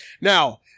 Now